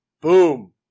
boom